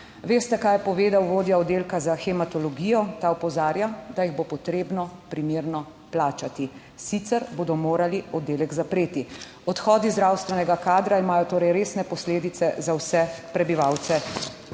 Veste, kaj je povedal vodja oddelka za hematologijo? Ta opozarja, da jih bo potrebno primerno plačati, sicer bodo morali oddelek zapreti. Odhodi zdravstvenega kadra imajo torej resne posledice za vse prebivalce